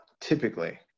typically